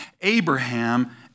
Abraham